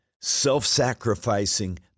self-sacrificing